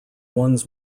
ones